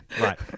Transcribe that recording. Right